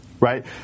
right